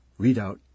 readout